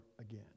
again